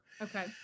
Okay